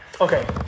Okay